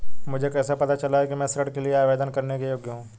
मुझे कैसे पता चलेगा कि मैं ऋण के लिए आवेदन करने के योग्य हूँ?